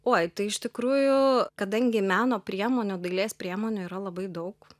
oi tai iš tikrųjų kadangi meno priemonių dailės priemonių yra labai daug